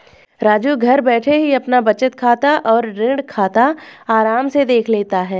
राजू घर बैठे ही अपना बचत खाता और ऋण खाता आराम से देख लेता है